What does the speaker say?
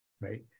right